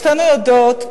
שתינו יודעות,